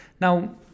now